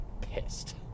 pissed